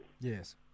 Yes